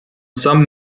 some